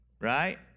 Right